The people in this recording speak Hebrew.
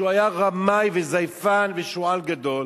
שהוא היה רמאי וזייפן ושועל גדול,